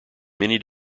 many